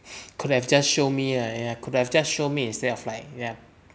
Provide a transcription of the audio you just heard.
could have just show me ya ya could have just show me instead of like ya